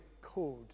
code